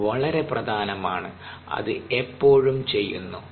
അത് വളരെ പ്രധാനമാണ് അത് എപ്പോഴും ചെയ്യുന്നു